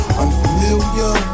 unfamiliar